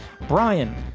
Brian